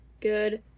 good